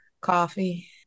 coffee